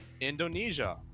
indonesia